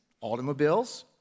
automobiles